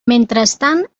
mentrestant